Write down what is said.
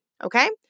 Okay